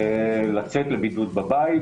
לצאת לבידוד בבית,